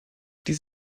dies